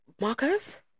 Marcus